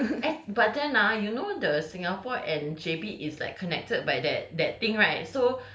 no eh but then ah you know the singapore and J_B is like connected by that that